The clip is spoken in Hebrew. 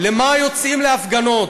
למה יוצאים להפגנות?